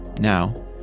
now